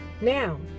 Now